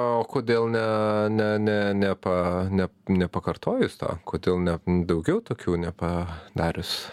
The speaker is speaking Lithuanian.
o kodėl ne ne ne ne pa ne nepakartojus to kodėl ne daugiau tokių ne pa darius